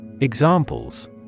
Examples